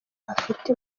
afite